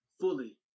fully